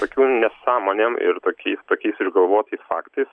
tokiom nesąmonėm ir tokiais tokiais išgalvotais faktais